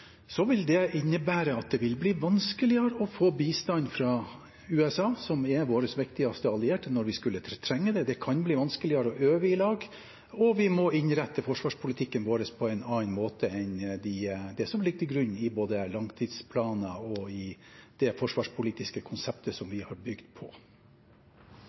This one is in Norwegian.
få bistand fra USA, som er vår viktigste allierte, når vi skulle trenge det. Det kan bli vanskeligere å øve sammen, og vi må innrette forsvarspolitikken vår på en annen måte enn det som ligger til grunn både i langtidsplaner og i det forsvarspolitiske konseptet som vi har bygd på.